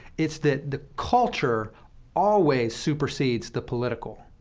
it's that the culture always supersedes the political.